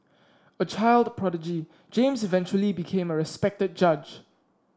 a child prodigy James eventually became a respected judge